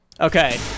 Okay